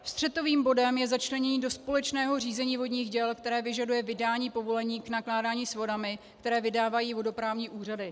Střetovým bodem je začlenění do společného řízení vodních děl, které vyžaduje vydání povolení k nakládání s vodami, které vydávají vodoprávní úřady.